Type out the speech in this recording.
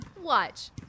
Watch